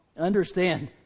understand